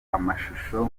amashusho